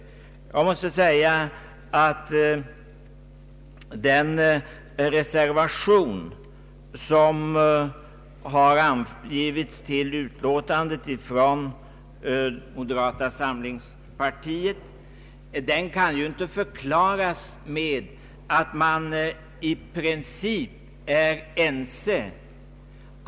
Jag måste säga att den reservation som har avgivits från moderata samlingspartiet inte kan förklaras med att vi i princip är ense.